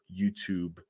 YouTube